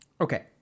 Okay